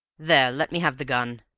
there, let me have the gun.